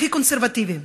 הכי קונסרבטיבי,